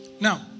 Now